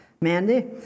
Mandy